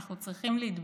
אנחנו צריכים להתבייש.